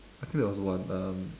I think that was one um